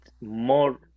more